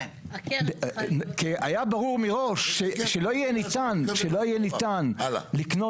היה ברור מראש שלא יהיה ניתן לקנות